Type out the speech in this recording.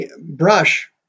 brush